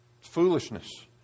Foolishness